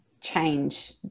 change